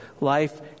life